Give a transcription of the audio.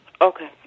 Okay